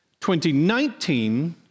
2019